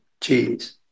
Cheese